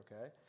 okay